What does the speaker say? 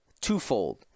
twofold